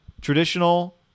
Traditional